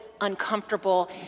uncomfortable